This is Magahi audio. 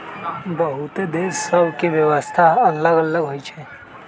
बहुते देश सभ के कर व्यवस्था अल्लग अल्लग होई छै